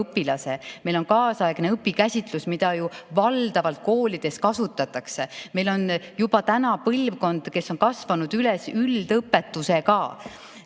õpilase, meil on kaasaegne õpikäsitlus, mida ju koolides valdavalt kasutatakse. Meil on juba põlvkond, kes on kasvanud üles üldõpetusega.